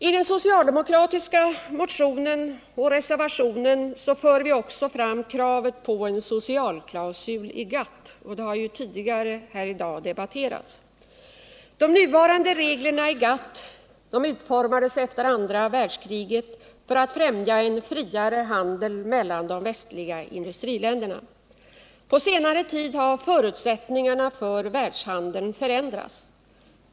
I den socialdemokratiska motionen och reservationen för vi också fram kravet på en socialklausul i GATT, och det har ju tidigare här i dag debatterats. De nuvarande reglerna i GATT utformades efter andra världskriget för att främja en friare handel mellan de västliga industriländerna. På senare tid har förutsättningarna för världshandeln förändrats.